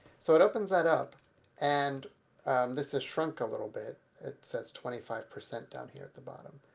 so it opens that up and this is shrunk a little bit, it says twenty five percent down here at the bottom.